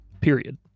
period